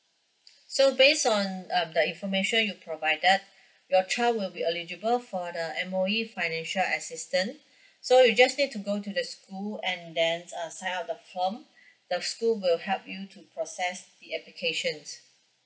so based on uh the information you provided your child will be eligible for the M_O_E financial assistance so you just need to go to the school and then uh sign up the form the school will help you to process the application